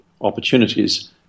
opportunities